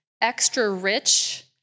extra-rich